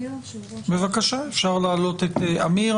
אפשר להעלות את עמיר.